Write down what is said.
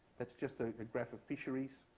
that's just a ah graph of fisheries